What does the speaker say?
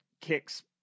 kicks